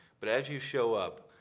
but as you show up,